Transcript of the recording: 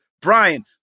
Brian